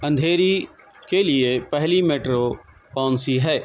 اندھیری کے لیے پہلی میٹرو کونسی ہے